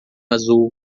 azul